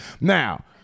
Now